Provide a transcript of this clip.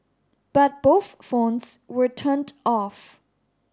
but both phones were turned off